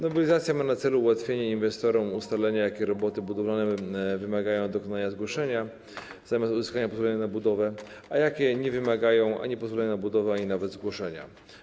Nowelizacja ma na celu ułatwienie inwestorom ustalenia, jakie roboty budowlane wymagają dokonania zgłoszenia w zamian za uzyskanie pozwolenia na budowę, a jakie nie wymagają ani pozwolenia na budowę, ani nawet zgłoszenia.